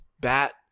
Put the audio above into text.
bat